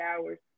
hours